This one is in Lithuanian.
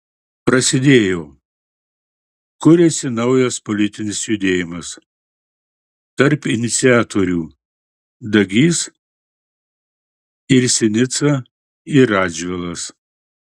prasidėjo kuriasi naujas politinis judėjimas tarp iniciatorių dagys ir sinica ir radžvilas